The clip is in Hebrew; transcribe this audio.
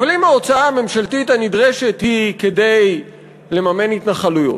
אבל אם ההוצאה הממשלתית הנדרשת היא כדי לממן התנחלויות,